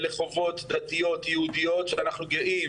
אלה חובות פרטיות יהודיות, שאנחנו גאים